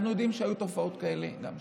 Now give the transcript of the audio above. אנחנו יודעים שהיו תופעות כאלה גם שם.